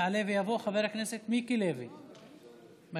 יעלה ויבוא חבר הכנסת מיקי לוי, בבקשה.